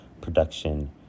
production